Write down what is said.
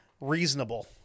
reasonable